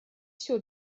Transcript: все